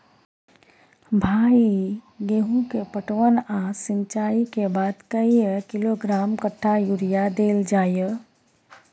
भाई गेहूं के पटवन आ सिंचाई के बाद कैए किलोग्राम कट्ठा यूरिया देल जाय?